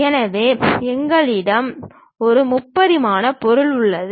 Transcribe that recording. எனவே எங்களிடம் ஒரு முப்பரிமாண பொருள் உள்ளது